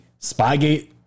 Spygate